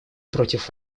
против